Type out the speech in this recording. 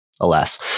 alas